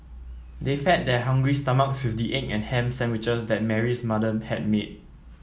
they fed their hungry stomachs with the egg and ham sandwiches that Mary's mother had made